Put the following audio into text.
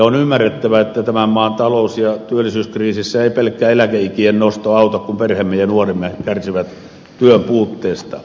on ymmärrettävää että tämän maan talous ja työllisyyskriisissä ei pelkkä eläkeikien nosto auta kun perheemme ja nuoremme kärsivät työn puutteesta